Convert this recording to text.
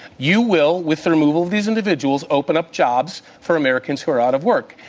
you will, with the removal of these individuals, open up jobs for americans who are out of work.